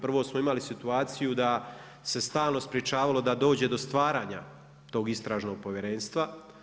Prvo smo imali situaciju da se stalno sprječavalo da dođe do stvaranja tog istražnog povjerenstva.